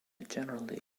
generally